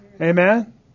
Amen